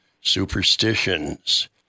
superstitions